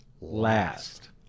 last